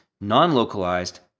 non-localized